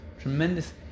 tremendous